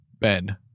Ben